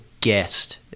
guest